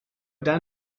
down